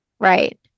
Right